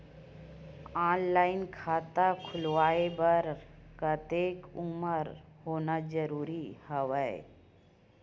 Online खाता खुलवाय बर कतेक उमर होना जरूरी हवय?